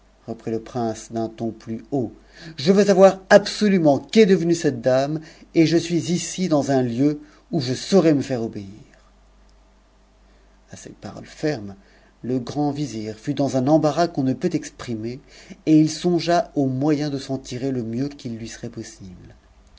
reprit le prince d'un ton plus haut je veux savoir absolument qu'est devenue cette dame et je suis ici dans un lieu où je saurai me faire obéir a ces paroles fermes le grand vizir fut dans un embarras qu'on m peut exprimer et il songea au moyen de s'en tirer le mieux qu'il li serait possible